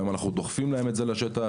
היום אנחנו דוחפים את זה להם לשטח.